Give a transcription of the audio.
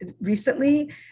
recently